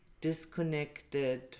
disconnected